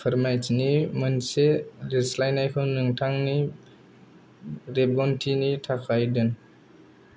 फोरमायथिनि मोनसे लिरस्लायनायखौ नोंथांनि रेबगन्थिनि थाखाय दोन